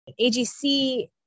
AGC